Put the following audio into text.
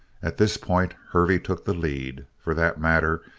at this point hervey took the lead. for that matter,